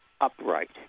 upright